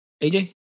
AJ